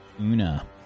Una